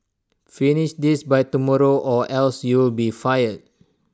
finish this by tomorrow or else you'll be fired